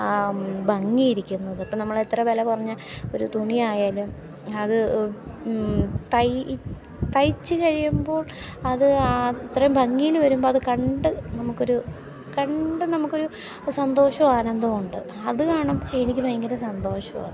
ആ ഭംഗിയിരിക്കുന്നത് അപ്പോൾ നമ്മൾ എത്ര വില കുറഞ്ഞ ഒരു തുണിയായാലും അത് തയ്ച്ച് കഴിയുമ്പോൾ അത് അത്രയും ഭംഗിയിൽ വരുമ്പോൾ അതു കണ്ട് നമുക്കൊരു കണ്ട് നമുക്കൊരു സന്തോഷം ആനന്തമുണ്ട് അത് കാണുമ്പോൾ എനിക്ക് ഭയങ്കര സന്തോഷമാണ്